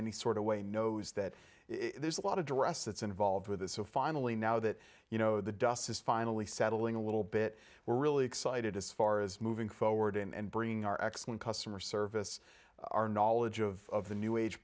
any sort of way knows that there's a lot of dress that's involved with this so finally now that you know the dust is finally settling a little bit we're really excited as far as moving forward and bringing our excellent customer service our knowledge of the new age